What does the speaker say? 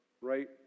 right